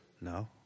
No